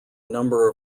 number